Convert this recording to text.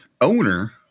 owner